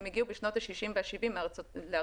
הם הגיעו בשנות ה-60 וה-70 לארה"ב,